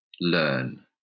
learn